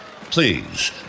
Please